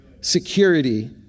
security